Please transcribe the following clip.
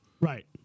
Right